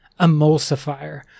emulsifier